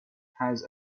has